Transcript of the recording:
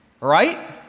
Right